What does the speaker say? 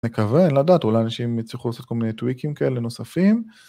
אני מקווה לדעת אולי אנשים יצטרכו לעשות כל מיני טוויקים כאלה נוספים